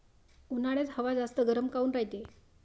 उन्हाळ्यात हवा जास्त गरम काऊन रायते?